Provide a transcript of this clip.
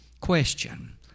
Question